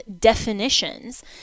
definitions